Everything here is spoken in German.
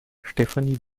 stefanie